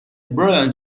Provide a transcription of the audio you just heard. برایان